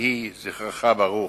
יהי זכרך ברוך,